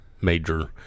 major